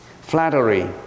flattery